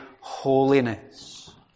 holiness